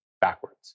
backwards